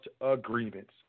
agreements